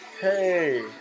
Hey